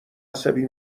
عصبی